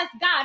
god